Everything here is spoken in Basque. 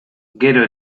gero